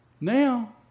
now